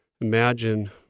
Imagine